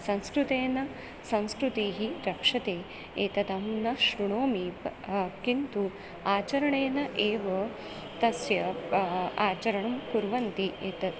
संस्कृतेन संस्कृतीः रक्षते एतदहं न शृणोमि किन्तु आचरणेन एव तस्य आचरणं कुर्वन्ति एतत्